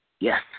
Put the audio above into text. Yes